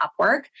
Upwork